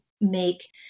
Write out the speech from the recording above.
make